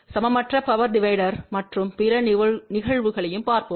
சமமற்ற power divider மற்றும் பிற நிகழ்வுகளையும் பார்ப்போம்